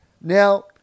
Now